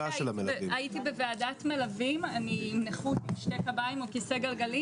הייתי בוועדת מלווים אני עם נכות עם שני קביים וכסא גלגלים